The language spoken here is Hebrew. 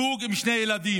זוג עם שני ילדים,